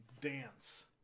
dance